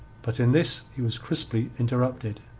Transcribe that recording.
but in this he was crisply interrupted.